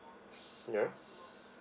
yeah